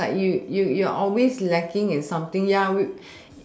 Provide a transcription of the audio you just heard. is like you you you're always lacking in something ya we